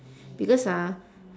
because ah